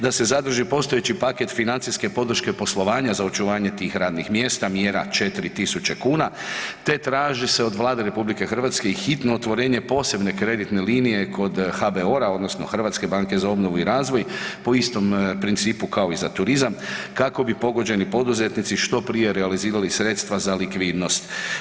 Da se zaduži postojeći paket financijske podrške poslovanja za očuvanje tih radnih mjesta mjera 4.000 kuna te traži se od Vlade RH hitno otvorenje posebne kreditne linije kod HBOR-a odnosno Hrvatske banke za obnovu i razvoj po istom principu kao i za turizam kako bi pogođeni poduzetnici što prije realizirali sredstva za likvidnost.